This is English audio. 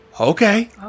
Okay